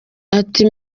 ati